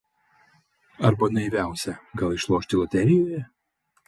arba naiviausia gal išlošti loterijoje